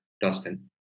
Dustin